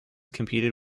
competed